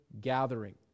gathering